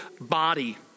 body